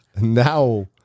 Now